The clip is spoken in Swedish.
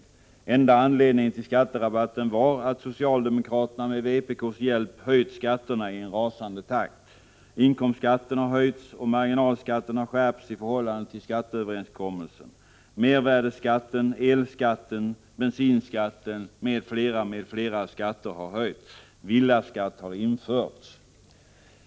Den enda anledningen till skatterabatten var att socialdemokraterna med vpk:s hjälp höjt skatterna i en rasande takt. Inkomstskatten har höjts och marginalskatten skärpts i jämförelse med skatteöverenskommelsen. Mervärdeskatten, elskatten, bensinskatten och flera andra skatter har höjts. Villaskatt har införts.